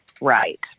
Right